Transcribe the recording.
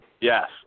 Yes